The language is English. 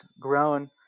grown